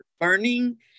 learning